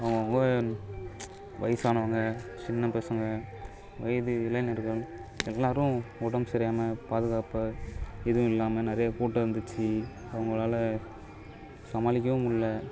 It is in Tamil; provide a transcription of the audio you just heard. அவங்கவுங்க வயிசானவங்க சின்ன பசங்க வயது இளைஞர்கள் எல்லாரும் உடம்பு சரியாம பாதுகாப்பாக எதுவும் இல்லாம நிறைய கூட்டம் இருந்துச்சு அவங்களால சமாளிக்கவே முடில